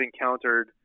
encountered